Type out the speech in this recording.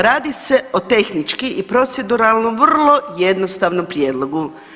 Radi se o tehnički i proceduralno vrlo jednostavnom prijedlogu.